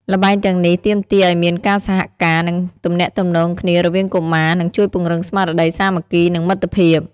ល្បែងទាំងនេះទាមទារឱ្យមានការសហការ និងទំនាក់ទំនងគ្នារវាងកុមារ ដែលជួយពង្រឹងស្មារតីសាមគ្គី និងមិត្តភាព ។